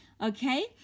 okay